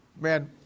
Man